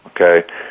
Okay